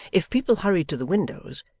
if people hurried to the windows,